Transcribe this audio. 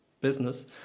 business